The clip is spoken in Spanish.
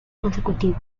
consecutivos